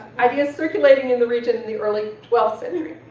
ideas circulating in the region in the early twelfth century.